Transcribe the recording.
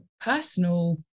personal